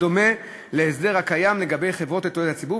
בדומה להסדר הקיים לגבי חברות לתועלת הציבור,